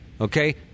okay